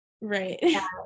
Right